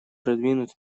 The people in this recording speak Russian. продвинуть